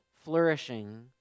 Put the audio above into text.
flourishing